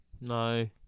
No